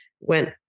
went